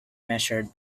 measured